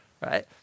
Right